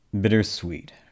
Bittersweet